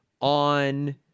on